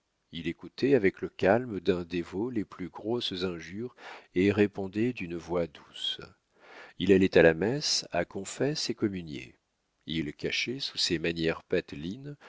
il écoutait avec le calme d'un dévot les plus grosses injures et répondait d'une voix douce il allait à la messe à confesse et communiait il cachait sous ses manières